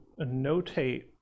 notate